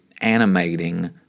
animating